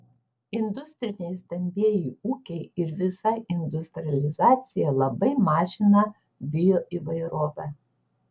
industriniai stambieji ūkiai ir visa industrializacija labai mažina bioįvairovę